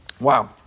Wow